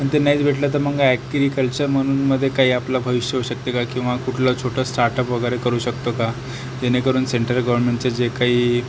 पण ते नाहीच भेटलं तर मग ॲक्रीकल्चर म्हणून मध्ये आपलं काही भविष्य होऊ शकतं का किंवा कुठलं छोटं स्टार्टअप वगैरे करू शकतो का जेणेकरून सेंट्रल गवरमेंटचं जे काही